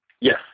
Yes